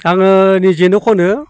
आङो गावनो खनो